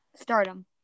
stardom